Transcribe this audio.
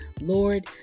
Lord